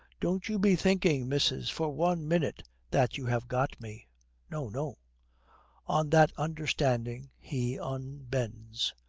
don't you be thinking, missis, for one minute that you have got me no, no on that understanding he unbends.